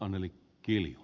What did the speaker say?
arvoisa puhemies